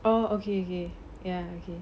oh okay okay ya okay